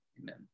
Amen